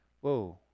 whoa